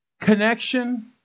Connection